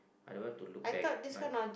I don't want to looked back but